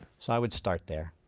so i would start there.